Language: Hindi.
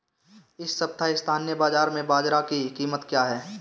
इस सप्ताह स्थानीय बाज़ार में बाजरा की कीमत क्या है?